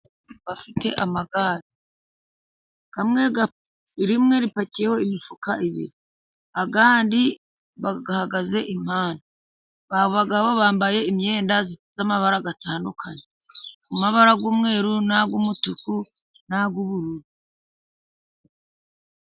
Bafite amagare, rimwe ripakiyeho imifuka ibiri, irindi barihagaze impande, aba bagabo bambaye imyenda ifite amabara atandukanye, amabara y'umweru n'ay'umutuku n'ay'ubururu.